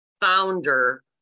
founder